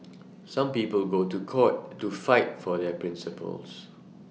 some people go to court to fight for their principles